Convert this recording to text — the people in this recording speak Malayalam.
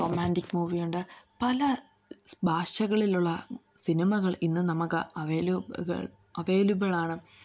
റൊമാൻറ്റിക് മൂവിയുണ്ട് പല ഭാഷകളിലുള്ള സിനിമകൾ ഇന്ന് നമുക്ക് അവൈലബിളാണ്